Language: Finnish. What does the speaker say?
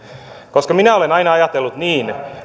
minä olen aina ajatellut niin